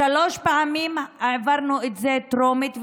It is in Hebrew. שלוש פעמים העברנו את זה טרומית,